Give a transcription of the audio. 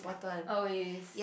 oh is